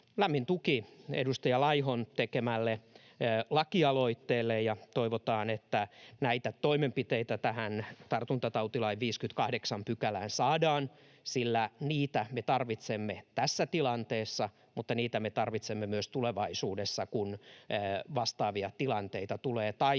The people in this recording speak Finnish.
Lämmin tuki edustaja Laihon tekemälle lakialoitteelle. Toivotaan, että näitä toimenpiteitä tähän tartuntatautilain 58 §:ään saadaan, sillä niitä me tarvitsemme tässä tilanteessa, mutta niitä me tarvitsemme myös tulevaisuudessa, kun vastaavia tilanteita tulee tai